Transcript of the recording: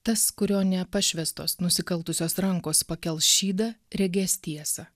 tas kurio nepašvęstos nusikaltusios rankos pakels šydą regės tiesą